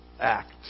act